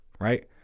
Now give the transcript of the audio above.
Right